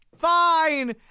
Fine